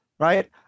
Right